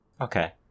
Okay